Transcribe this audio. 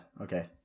Okay